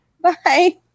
Bye